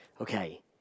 Okay